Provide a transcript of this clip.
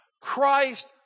Christ